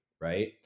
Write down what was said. Right